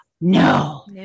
no